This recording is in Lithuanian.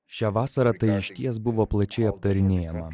šią vasarą tai išties buvo plačiai aptarinėjama